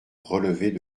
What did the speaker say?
relever